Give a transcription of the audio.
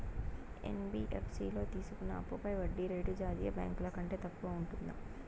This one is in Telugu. యన్.బి.యఫ్.సి లో తీసుకున్న అప్పుపై వడ్డీ రేటు జాతీయ బ్యాంకు ల కంటే తక్కువ ఉంటుందా?